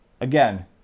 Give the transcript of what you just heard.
again